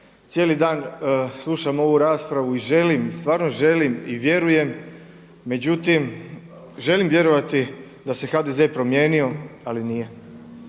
cijeli dan slušam ovu raspravu i želim, stvarno želim i vjerujem, međutim želim vjerovati da se HDZ promijenio, ali nije.